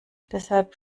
deshalb